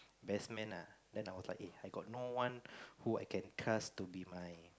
best man lah then I was like eh I got no one who I can task to be my